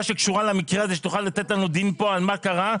שקשורה למקרה הזה שתוכל לתת לנו דין פה על מה קרה,